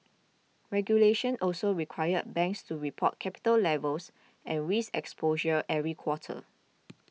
regulations also require banks to report capital levels and risk exposure every quarter